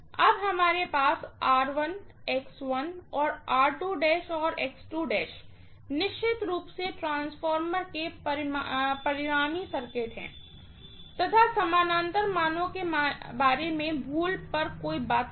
अब हमारे पास और और निश्चित रूप से ट्रांसफार्मर के परिणामी सर्किट हैं तथा समानांतर मानो के बारे में भूल पर कोई बात नहीं